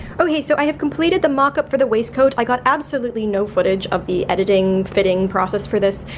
ok. so i have completed the mock-up for the waist coat. i got absolutely no footage of the editing, fitting process for this,